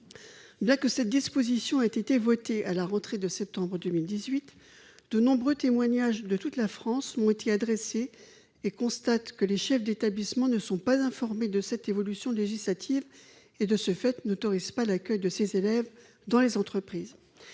Bien que cette disposition ait été votée à la rentrée de septembre 2018, de nombreux témoignages issus de toute la France m'ont été adressés : ils rapportent que les chefs d'établissement ne sont pas informés de cette évolution législative et, de fait, n'autorisent pas l'accueil de ces élèves dans les entreprises.